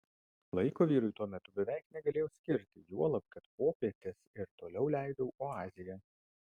laiko vyrui tuo metu beveik negalėjau skirti juolab kad popietes ir toliau leidau oazėje